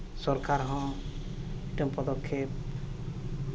ᱥᱚᱨᱠᱟᱨ ᱦᱚᱸ ᱢᱤᱫᱴᱮᱱ ᱯᱚᱫᱚᱠᱠᱷᱮᱹᱯ